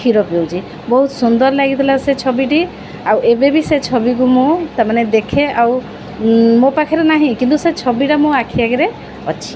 କ୍ଷୀର ପିଆଉଛି ବହୁତ ସୁନ୍ଦର ଲାଗିଥିଲା ସେ ଛବିଟି ଆଉ ଏବେ ବି ସେ ଛବିକୁ ମୁଁ ତା' ମାନେ ଦେଖେ ଆଉ ମୋ ପାଖରେ ନାହିଁ କିନ୍ତୁ ସେ ଛବିଟା ମୁଁ ଆଖି ଆଗରେ ଅଛି